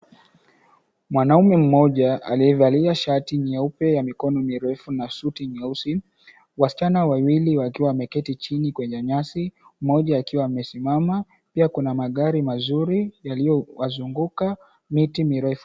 Mwanaume mmoja aliyevalia shati nyeupe ya mikono mirefu na suti nyeusi. Wasichana wawili wakiwa wameketi chini kwenye nyasi, mmoja akiwa amesimama pia kuna magari mazuri yaliyowazunguka miti mirefu.